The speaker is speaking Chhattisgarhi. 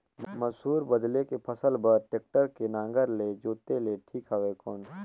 मसूर बदले के फसल बार टेक्टर के नागर ले जोते ले ठीक हवय कौन?